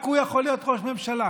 רק הוא יכול להיות ראש ממשלה.